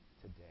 today